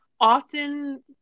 Often